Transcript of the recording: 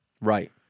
Right